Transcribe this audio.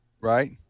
right